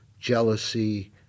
jealousy